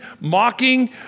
mocking